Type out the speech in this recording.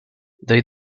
they